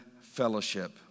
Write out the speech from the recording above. fellowship